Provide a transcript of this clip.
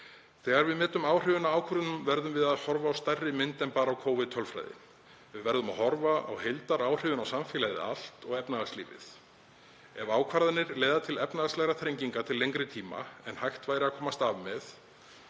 Þegar við metum áhrifin af ákvörðunum verðum við að horfa á stærri mynd en bara á Covid-tölfræði. Við verðum að horfa á heildaráhrifin á samfélagið allt og efnahagslífið. Ef ákvarðanir leiða til efnahagslegra þrenginga til lengri tíma en hægt væri að komast af með